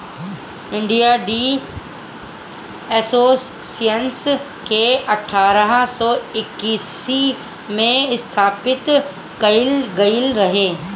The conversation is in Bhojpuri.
इंडिया टी एस्सोसिएशन के अठारह सौ इक्यासी में स्थापित कईल गईल रहे